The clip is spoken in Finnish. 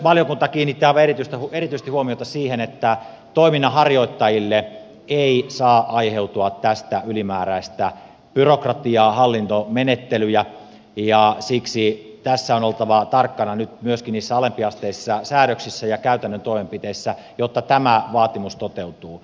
valiokunta kiinnittää aivan erityisesti huomiota myös siihen että toiminnanharjoittajille ei saa aiheutua tästä ylimääräistä byrokratiaa hallintomenettelyjä ja siksi tässä on oltava tarkkana nyt myöskin niissä alempiasteisissa säädöksissä ja käytännön toimenpiteissä jotta tämä vaatimus toteutuu